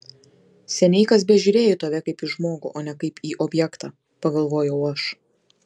seniai kas bežiūrėjo į tave kaip į žmogų o ne kaip į objektą pagalvojau aš